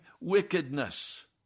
wickedness